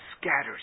scatters